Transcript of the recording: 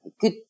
good